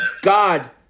God